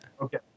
Okay